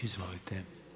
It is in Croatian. Izvolite.